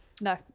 No